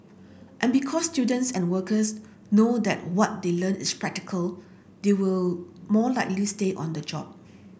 and because students and workers know that what they learn is practical they will more likely stay on the job